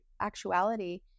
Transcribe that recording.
actuality